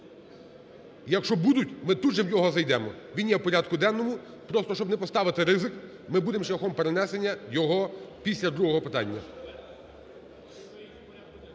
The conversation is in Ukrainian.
Якщо будуть, ми тут же в його зайдемо, він є в порядку денному, просто, щоб не поставити ризик, ми будемо шляхом перенесення його після другого питання